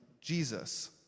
Jesus